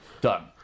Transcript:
done